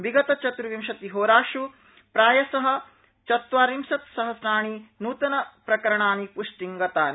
विगत चत्र्विंशतिहोरास् प्रायश चत्वारिंशत् सहस्राणि न्तनप्रकरणानि प्टिं गतानि